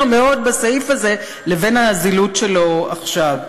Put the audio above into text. מאוד בסעיף הזה לבין הזילות שלו עכשיו.